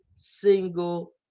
single